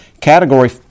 category